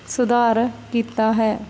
ਸੁਧਾਰ ਕੀਤਾ ਹੈ